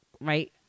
right